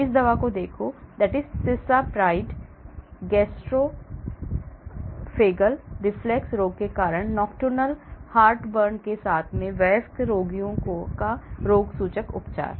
इस दवा को देखो Cisapride गैस्ट्रोओसोफेगल रिफ्लक्स रोग के कारण nocturnal heartburn के साथ वयस्क रोगियों का रोगसूचक उपचार